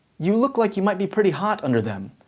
you look like you might be pretty hot under them,